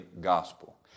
gospel